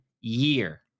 year